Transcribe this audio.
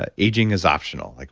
ah aging is optional. like